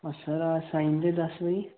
ओह् सर अस आई जंदे दस बजे